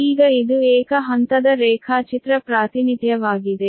ಈಗ ಇದು ಏಕ ಹಂತದ ರೇಖಾಚಿತ್ರ ಪ್ರಾತಿನಿಧ್ಯವಾಗಿದೆ